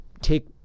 take